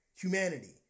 Humanity